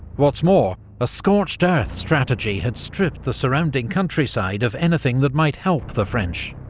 what's more, a scorched earth strategy had stripped the surrounding countryside of anything that might help the french,